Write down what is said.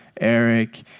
Eric